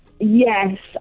Yes